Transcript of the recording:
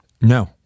No